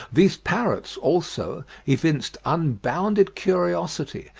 these parrots, also, evinced unbounded curiosity,